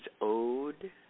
owed